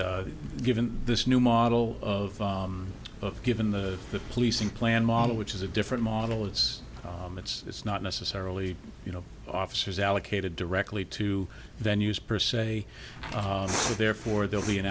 but given this new model of a given the policing plan model which is a different model it's it's it's not necessarily you know officers allocated directly to venues per se so therefore there will be an